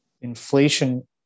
inflation